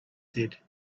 said